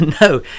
no